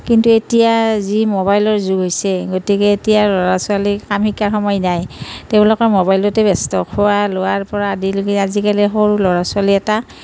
কিন্তু এতিয়া যি মোবাইলৰ যোগ হৈছে গতিকে এতিয়া ল'ৰা ছোৱালীৰ কাম শিকাৰ সময় নাই তেওঁলোকে মোবাইলতে ব্যস্ত খোৱা লোৱাৰ পৰা আদি কৰি আজিকালি সৰু ল'ৰা ছোৱালী এটা